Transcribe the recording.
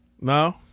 No